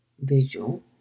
visual